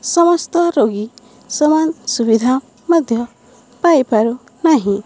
ସମସ୍ତ ରୋଗୀ ସମାନ ସୁବିଧା ମଧ୍ୟ ପାଇପାରୁ ନାହିଁ